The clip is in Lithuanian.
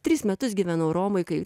tris metus gyvenau romoj kai